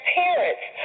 parents